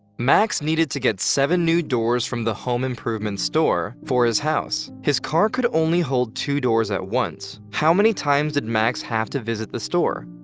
max needed to get seven new doors from the home improvement store for his house. his car could only hold two doors at once. how many times did max have to visit the store?